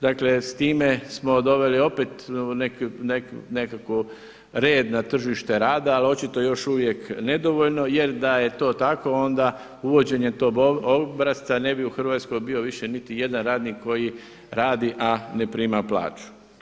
Dakle sa time smo doveli opet nekakav red na tržište rada ali očito još uvijek nedovoljno, jer da je to tako, onda uvođenje tog obrasca ne bi u Hrvatskoj bio više niti jedan radnik koji radi a ne prima plaću.